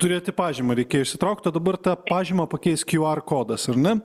turėti pažymą reikėjo išsitraukt o dabar tą pažymą pakeis q r kodas ar ne